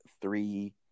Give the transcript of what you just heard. three